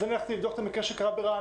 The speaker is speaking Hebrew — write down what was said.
אז הלכתי לבדוק את המקרה ברעננה,